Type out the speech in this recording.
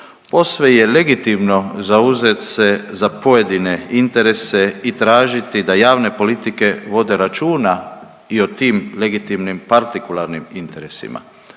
posve je legitimno zauzet se za pojedine interese i tražiti da javne politike vode računa i o tim legitimnim partikularnim interesima.